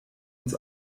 uns